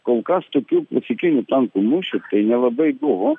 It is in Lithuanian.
kol kas tokių klasikinių tankų mūšių tai nelabai buvo